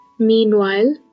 Meanwhile